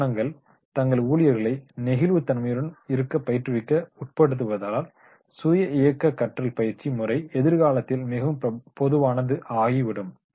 நிறுவனங்கள் தங்கள் ஊழியர்களை நெகிழ்வுத் தன்மையுடன் இருக்க பயிற்றுவிக்க உட்படுவதால் ஸேல்ப் டர்ரேக்டட் லேர்னிங் முறை எதிர்காலத்தில் மிகவும் பொதுவானது ஆகி விடும்